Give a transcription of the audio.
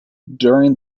during